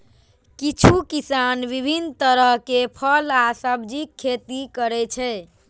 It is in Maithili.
किछु किसान विभिन्न तरहक फल आ सब्जीक खेती करै छै